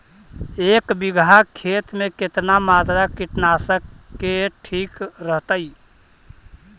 एक बीघा खेत में कितना मात्रा कीटनाशक के ठिक रहतय?